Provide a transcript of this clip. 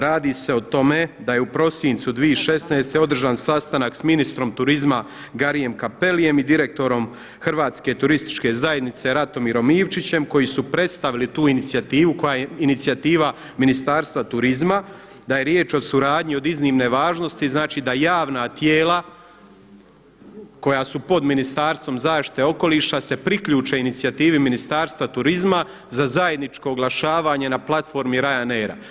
Radi se o tome da je u prosincu 2016. održan sastanak s ministrom turizma Garrijem Cappelijem i direktorom Hrvatske turističke zajednice Ratomirom Ivčićem koji su predstavili tu inicijativu koja je inicijativa Ministarstva turizma da je riječ o suradnji od iznimne važnosti znači da javna tijela koja su pod Ministarstvo zaštite okoliša se priključe inicijativi Ministarstva turizma za zajedničko oglašavanje na platformi Ryanair.